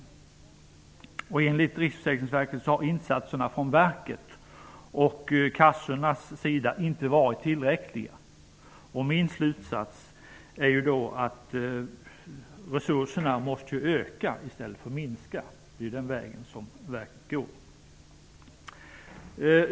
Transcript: Enligt Riksförsäkringsverket har insatserna från verket och från försäkringskassorna inte varit tillräckliga. Min slutsats blir då att insatserna måste öka i stället för att minska. Det är den vägen verket går.